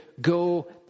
go